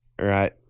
Right